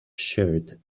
shirt